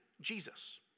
Jesus